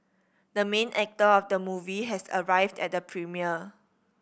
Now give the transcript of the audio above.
the main actor of the movie has arrived at the premiere